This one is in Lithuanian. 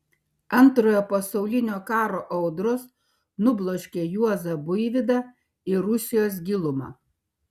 antrojo pasaulinio karo audros nubloškė juozą buivydą į rusijos gilumą